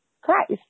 Christ